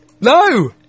No